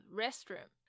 restroom